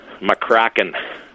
McCracken